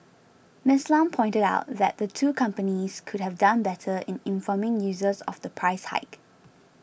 Miss Lam pointed out that the two companies could have done better in informing users of the price hike